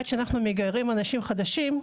עד שאנחנו מגיירים אנשים חדשים,